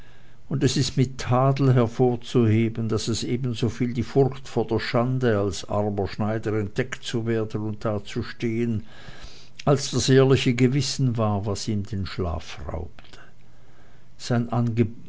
und es ist mit tadel hervorzuheben daß es ebensoviel die furcht vor der schande als armer schneider entdeckt zu werden und dazustehen als das ehrliche gewissen war was ihm den schlaf raubte sein